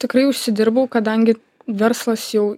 tikrai užsidirbau kadangi verslas jau